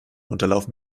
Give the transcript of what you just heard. unterlaufen